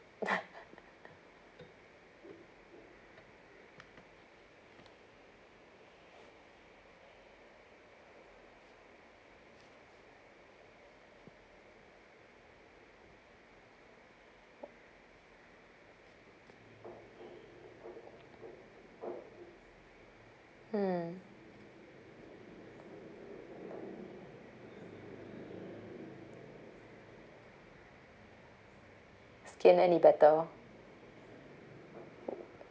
mm skin any better